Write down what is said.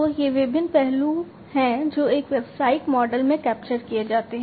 तो ये विभिन्न पहलू हैं जो एक व्यावसायिक मॉडल में कैप्चर किए जाते हैं